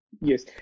Yes